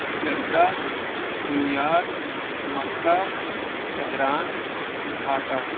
Jeddah New York Mecca Tehran Dhaka